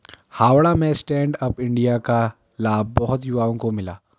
हावड़ा में stand up India का लाभ बहुत युवाओं को मिला